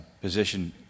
position